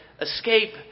escape